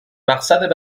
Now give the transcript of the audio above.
مقصد